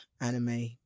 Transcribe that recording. anime